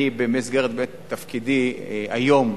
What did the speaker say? אני, במסגרת תפקידי היום,